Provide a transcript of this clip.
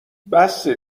بسه